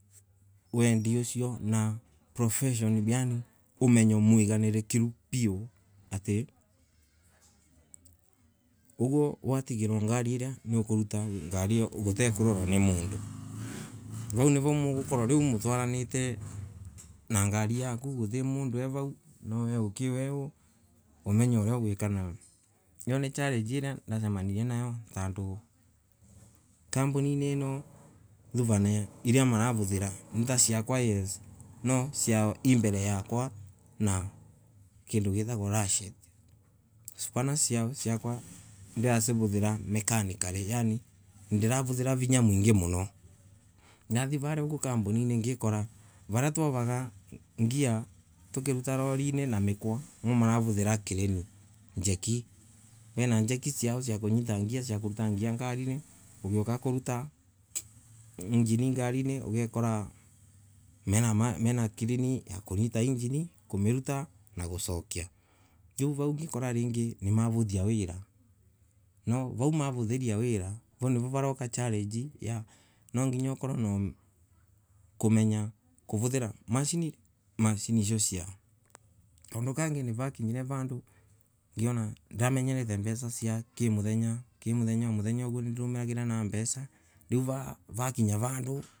Wendi ucio na proffession yaani umenyo mwiganiriru piu, ati uguo watigirwa ngari ina nuukuruta ngari iyo gutai na kororua ni mundu. Vau nivo mugukorwo nu mutwaranite na ngari yaku. guti mundu e vau na ukiuga umenye uria ugwika nayo lo nii challenge iria ndasemanirie nayo, tondu company indo iria maravuthira ni ta ciakwa yes, ni ciao ii mbele yakwa na kindu gitagwa rashet, supana ciakwa niraivuthira mechanically, yaani ndiravuthira vinya mwingi muno. Nathie varia uguo companire ngakora variaa twovaga gear tukiruta lorini na mikwa. andu maravuthira crane njeki. Vena njeki cia kunyita gear cia kuruta gear ngariini. ugiuka kuruta engine ngarini ugakora mena crane ya kuruta engine. kumiruta na gucokia. Riu vau ugikoraa ringi niwavuthia wira. Novau maravuthia wira. vau nivo varauka challengi ya nonginya ukorwe nakumenya kuvuthira machine icio ciao. Kaundu kengi nivakinyire vandu niona ndamenyerete mbesha cia wa muthenya ki muthenya wa muthenya nindaumagira na mbeca riu vakinya vandu wendi ucio na